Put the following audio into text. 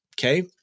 Okay